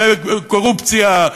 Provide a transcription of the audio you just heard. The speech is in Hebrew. וקורופציה,